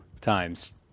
times